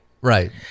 Right